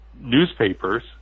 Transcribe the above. newspapers